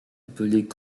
appelées